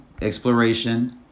exploration